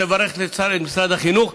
אני רוצה לברך את משרד החינוך.